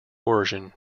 origin